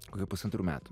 kokia pusantrų metų